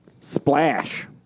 Splash